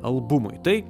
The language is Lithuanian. albumui tai